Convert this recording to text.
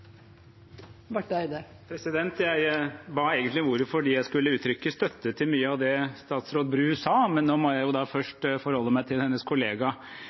Jeg ba egentlig om ordet fordi jeg skulle uttrykke støtte til mye av det statsråd Bru sa, men nå må jeg jo først forholde meg til hennes kollega